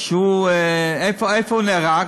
איפה הוא נהרג?